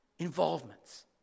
involvements